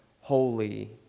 holy